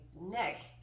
neck